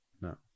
no